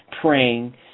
praying